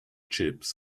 chips